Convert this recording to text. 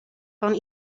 van